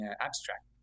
Abstract